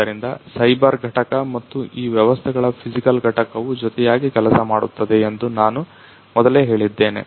ಆದ್ದರಿಂದ ಸೈಬರ್ ಘಟಕ ಮತ್ತು ಈ ವ್ಯವಸ್ಥೆಗಳ ಫಿಸಿಕಲ್ ಘಟಕವು ಜೊತೆಯಾಗಿ ಕೆಲಸ ಮಾಡುತ್ತದೆ ಎಂದು ನಾನು ಮೊದಲೇ ಹೇಳಿದ್ದೇನೆ